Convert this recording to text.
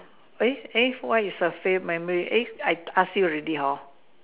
eh eh what is a memory eh I ask you already hor